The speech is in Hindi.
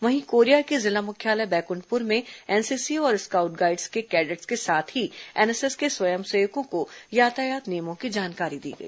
वहीं कोरिया के जिला मुख्यालय बैकुंठपुर में एनसीसी और स्काउड गाईड्स के कैडेट्स के साथ ही एनएसएस के स्वयं सेवकों को यातायात नियमों की जानकारी दी गई